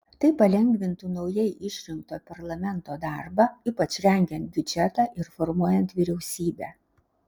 tai palengvintų naujai išrinkto parlamento darbą ypač rengiant biudžetą ir formuojant vyriausybę